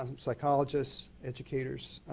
um psychologists, educators.